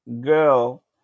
girl